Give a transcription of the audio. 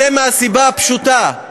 זה מהסיבה הפשוטה: